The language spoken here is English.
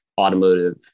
automotive